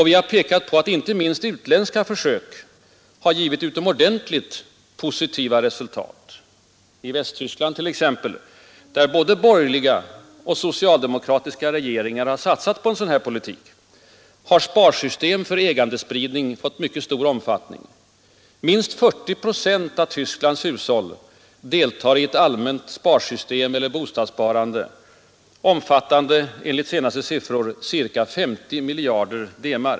Vi har pekat på att inte minst utländska försök har givit utomordentligt positiva resultat. I Västtyskland t.ex., där såväl borgerliga som socialdemokratiska regeringar satsat på sådan politik, har sparsystem för ägandespridning fått stor omfattning. Minst 40 procent av Västtysklands hushåll deltar i ett allmänt sparsystem eller bostadssparande, omfattande enligt senaste siffror ca 50 miljarder DM.